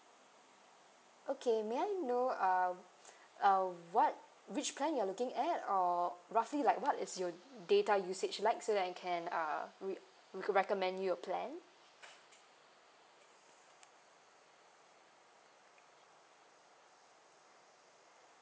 okay may I know uh uh what which plan you're looking at or roughly like what is your data usage likes so that I can uh we we could recommend you a plan